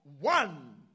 one